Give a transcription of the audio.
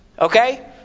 Okay